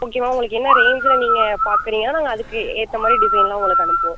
முக்கியமாக உங்களுக்கு என்ன ரேஞ்சில் நீங்கள் பாக்குறீங்ளோ நாங்கள் அதுக்கு ஏற்ற மாதிரி டிஸைன்லாம் உங்களுக்கு அனுப்புவோம்